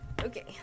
Okay